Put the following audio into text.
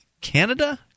Canada